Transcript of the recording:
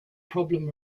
problem